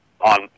on